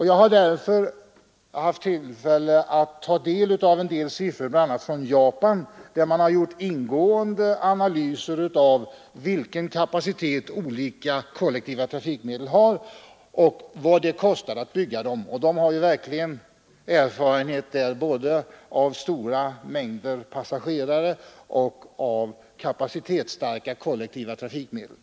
Jag har haft tillfälle att ta del av siffror bl.a. från Japan, där det gjorts ingående analyser av vilken kapacitet olika kollektiva trafikmedel har och vad de kostar att bygga. Japanerna har ju verkligen erfarenhet både av stora mängder passagerare och av kapacitetsstarka kollektiva transportmedel.